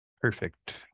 perfect